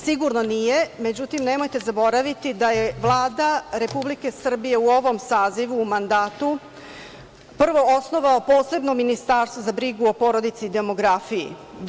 Sigurno nije, međutim nemojte zaboraviti da je Vlada Republike Srbije u ovom sazivu, mandatu, prvo osnovalo posebno Ministarstvo za brigu o porodici i demografiji.